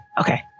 okay